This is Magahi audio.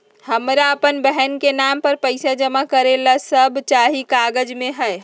हमरा अपन बहन के नाम पर पैसा जमा करे ला कि सब चाहि कागज मे?